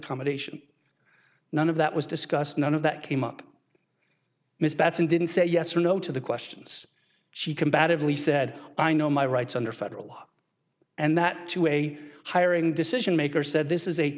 combination none of that was discussed none of that came up miss benson didn't say yes or no to the questions she combatively said i know my rights under federal law and that to a hiring decision maker said this is a